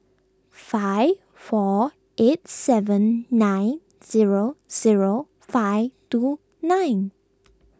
five four eight seven nine zero zero five two nine